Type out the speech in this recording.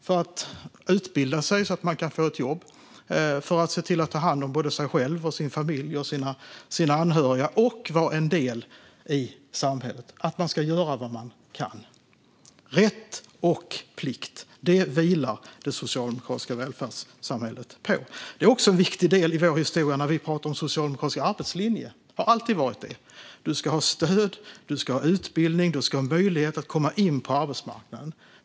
Man ska utbilda sig så att man kan få ett jobb och kunna ta hand om både sig själv, sin familj och sina anhöriga. Man ska vara en del i samhället; man ska göra vad man kan. Rätt och plikt vilar det socialdemokratiska välfärdssamhället på. Detta är också en viktig del i vår historia när vi talar om den socialdemokratiska arbetslinjen. Det har alltid varit det. Man ska ha stöd, utbildning och möjlighet att komma in på arbetsmarknaden.